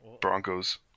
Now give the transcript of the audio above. Broncos